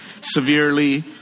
severely